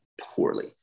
poorly